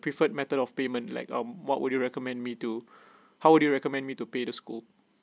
preferred method of payment like um what would you recommend me to how would you recommend me to pay the school